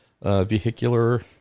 vehicular